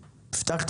לצרכנות.